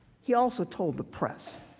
he also told the press.